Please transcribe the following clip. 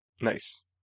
Nice